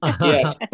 Yes